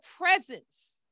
presence